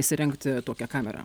įsirengti tokią kamerą